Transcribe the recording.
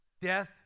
death